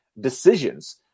decisions